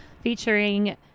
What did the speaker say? featuring